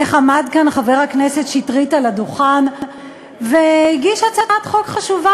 איך עמד כאן חבר הכנסת שטרית על הדוכן והגיש הצעת חוק חשובה,